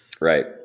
Right